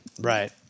Right